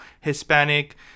Hispanic